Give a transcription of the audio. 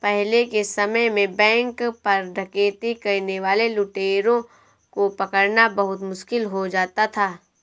पहले के समय में बैंक पर डकैती करने वाले लुटेरों को पकड़ना बहुत मुश्किल हो जाता था